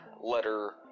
letter